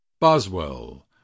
Boswell